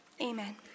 amen